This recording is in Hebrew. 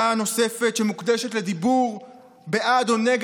הכנסת תהיה רשאית לבטל הכרזה זו באותו הליך